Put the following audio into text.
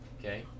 okay